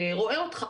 רואה אותך,